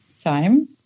time